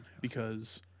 Because-